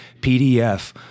PDF